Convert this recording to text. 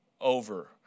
over